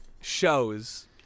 shows